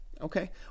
Okay